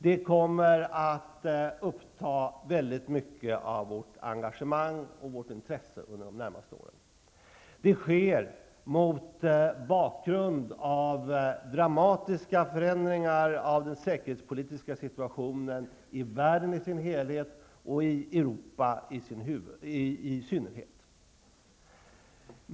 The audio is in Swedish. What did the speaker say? Det kommer att uppta mycket av vårt engagemang och vårt intresse under de närmaste åren. Det sker mot bakgrund av dramatiska förändringar i den säkerhetspolitiska situationen i världen i dess helhet och i Europa i synnerhet.